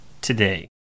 today